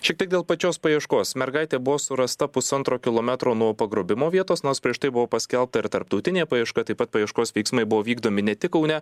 šiek tiek dėl pačios paieškos mergaitė buvo surasta pusantro kilometro nuo pagrobimo vietos nors prieš tai buvo paskelbta ir tarptautinė paieška taip pat paieškos veiksmai buvo vykdomi ne tik kaune